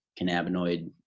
cannabinoid